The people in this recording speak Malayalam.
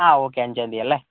ആ ഓക്കെ അഞ്ചാം തീയ്യതി അല്ലെ